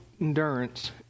endurance